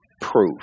proof